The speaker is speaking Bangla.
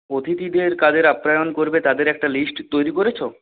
অতিথিদের কাদের আপ্যায়ন করবে তাদের একটা লিস্ট তৈরি করেছ